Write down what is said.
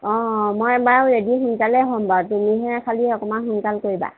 অঁ মই বাৰু ৰেডি সোনকালে হ'ম বাৰু তুমিহে খালী অকণমান সোনকাল কৰিবা